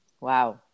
Wow